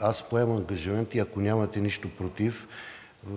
Аз поемам ангажимент и ако нямате нищо против,